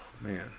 man